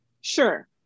Sure